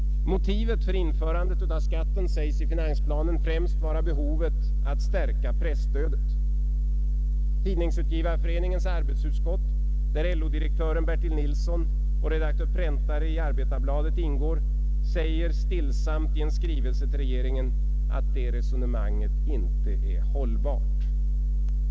Motivet för införandet av skatten sägs i finansplanen främst vara behovet av att stärka presstödet. Tidningsutgivareföreningens arbetsutskott, där LO-direktören Bertil Nilsson och redaktör Präntare i Arbetarbladet ingår, säger stillsamt i en skrivelse till regeringen att det resonemanget inte är hållbart.